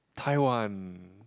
Tai-wan